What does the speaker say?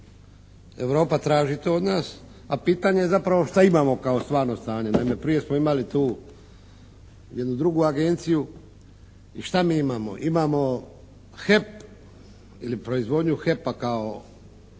Europa traži to od nas, a pitanje je zapravo što imamo kao stvarno stanje. Naime, prije smo imali tu jednu drugu agenciju. I šta mi imamo? Imamo HEP ili proizvodnju HEP-a kao